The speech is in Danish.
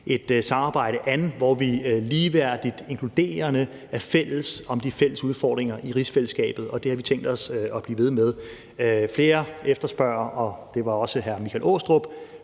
et samarbejde an, hvor vi ligeværdigt inkluderende er fælles om de fælles udfordringer i rigsfællesskabet, og det har vi tænkt os at blive ved med. Flere efterspørger – det var bl.a. hr. Michael Aastrup